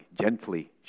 gently